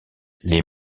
les